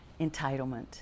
entitlement